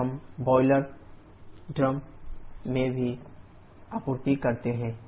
तब हम boiler drum में आपूर्ति करते हैं